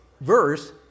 verse